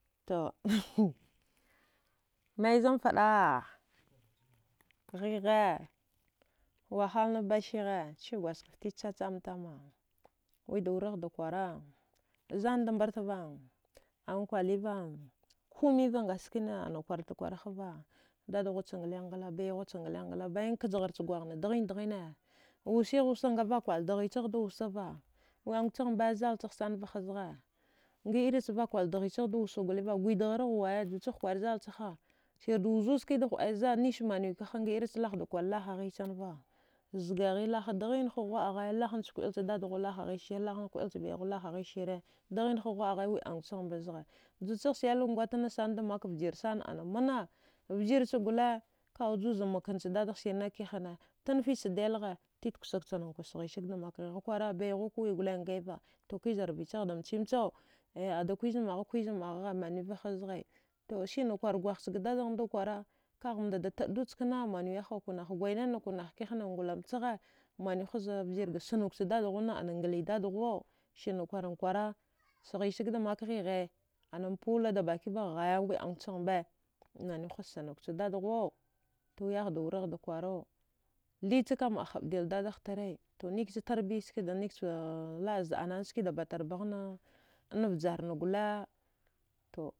To maizanfaəa ghighe wahalna basighe chigwadjgaft titk chacham tama wida wuraghda kwara zandam mbartava ankwaliva kumiva ngaskina ana kwartakwara hava dadghucha ngalighngala baighucha ngalighngla bayan kajghar chgwaghna dghigh daghine wusigh wusa ngavak kwar dghichaghda wusava wi angchag mba zalchagh san vaha zgha nga irichvak kwaldghichaghda wusa goliva gwidgharar waya jichagh kwara zalchaghha sirda wuzu skida huəe nismanwikaha nga irichlahdakwar lahghichanva zgaghi laha dghin ha ghuwa. a ghaya lahnacha kuwalch dadghuwa lahagiht sire lahnacha kuwail baighuwa lahaghit sire dghinha ghuwa. a ghaya wiəagwchaghba zgha juchagh sailda ngwata vjirsana ana mana vjirchi gole kaəaujuza makanchdadaghsirne kihana tufich sadailghe titkw sagchanankwa sghisagda makghighe kwakwara baighuwa kuwi gole ngaiva t kizrvichaghda mchimchau ada kwizumagha kwizu maghagha maniwvahazghai to sina kwargwarchga dadaghada kwakwara kahamdada taədu chkana manwiyahau nahgwainanane nah kihana ngulamchagha vjirga sunukcha dadghuna ana nglidad ghuwau sirna kwaran kwara sghisagda makghighe ananpola da bakibagh ghaya wi augchaghambe maniwhaz sknukcha dadzuwau to wiyahda wuraghda kwarau thichakam ahabdil dadagh tare to nikcha tarbiyaskada nikcha laə zəananaskada batarbaghan vjarna gole to